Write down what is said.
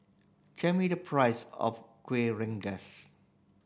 tell me the price of Kuih Rengas